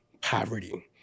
poverty